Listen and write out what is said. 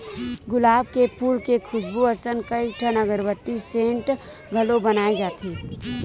गुलाब के फूल के खुसबू असन कइठन अगरबत्ती, सेंट घलो बनाए जाथे